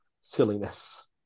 silliness